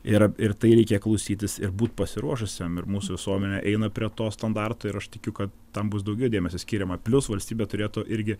ir ir tai reikia klausytis ir būt pasiruošusiam ir mūsų visuomenė eina prie to standarto ir aš tikiu kad tam bus daugiau dėmesio skiriama plius valstybė turėtų irgi